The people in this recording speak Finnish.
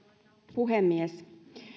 puhemies